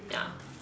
ya